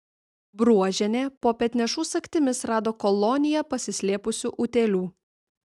bruožienė po petnešų sagtimis rado koloniją pasislėpusių utėlių